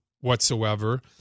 whatsoever